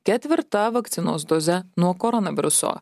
ketvirta vakcinos doze nuo koronaviruso